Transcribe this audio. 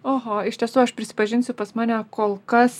oho iš tiesų aš prisipažinsiu pas mane kol kas